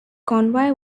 convoy